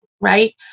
right